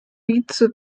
vize